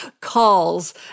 calls